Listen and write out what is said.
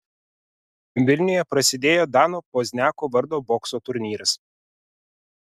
vilniuje prasidėjo dano pozniako vardo bokso turnyras